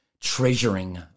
treasuring